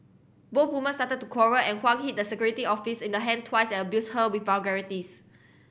both women started to quarrel and Huang hit the security officer in the hand twice and abused her with vulgarities